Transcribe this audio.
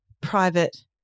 private